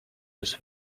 was